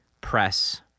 press